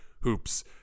hoops